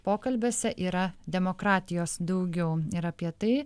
pokalbiuose yra demokratijos daugiau ir apie tai